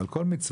על כל מצווה.